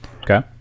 Okay